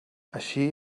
així